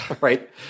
right